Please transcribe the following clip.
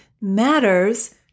matters